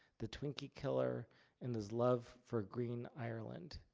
the twinkie killer and his love for green ireland.